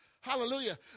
Hallelujah